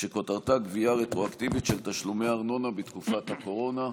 שכותרתה: גבייה רטרואקטיבית של תשלומי ארנונה בתקופת הקורונה.